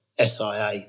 SIA